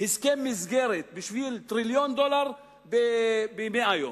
הסכם מסגרת בשביל טריליון דולר ב-100 יום.